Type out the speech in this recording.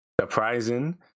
surprising